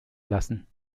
lassen